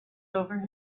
over